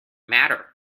matter